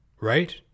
right